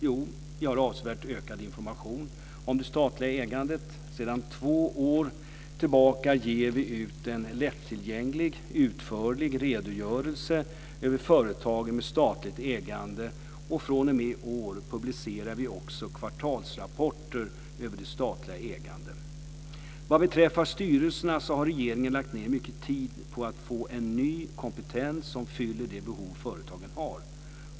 Jo, vi har avsevärt ökat informationen om det statliga ägandet. Sedan två år tillbaka ger vi ut en lättillgänglig, utförlig redogörelse över företagen med statligt ägande, och fr.o.m. i år publicerar vi också kvartalsrapporter över det statliga ägandet. Vad beträffar styrelserna har regeringen lagt ned mycket tid på att få in ny kompetens som fyller de behov företagen har.